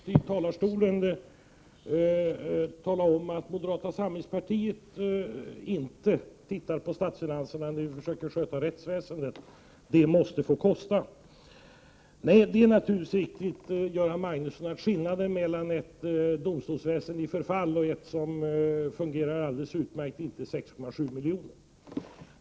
Herr talman! Man kan naturligtvis inte bortse från statsfinanserna. Jag försökte i mitt inlägg tala om att moderata samlingspartiet inte tittar på statsfinanserna när vi försöker sköta rättsväsendet — det måste få kosta. Det är naturligtvis riktigt, Göran Magnusson, att skillnaden mellan ett domstolsväsende i förfall och ett domstolsväsende som fungerar alldeles utmärkt inte är 6,7 miljoner.